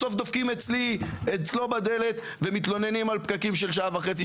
בסוף דופקים אצלי בדלת ומתלוננים על פקקים של שעה וחצי,